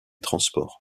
transports